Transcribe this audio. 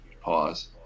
Pause